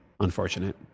Unfortunate